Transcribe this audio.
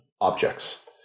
objects